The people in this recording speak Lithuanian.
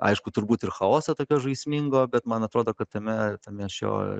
aišku turbūt ir chaoso tokio žaismingo bet man atrodo kad tame tame šio